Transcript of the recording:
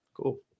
cool